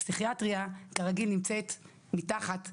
הפסיכיאטריה, כרגיל נמצאת מתחת לשולחן.